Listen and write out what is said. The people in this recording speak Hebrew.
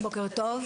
בוקר טוב.